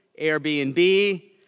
Airbnb